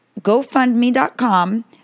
gofundme.com